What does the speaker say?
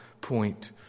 point